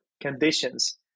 conditions